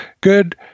good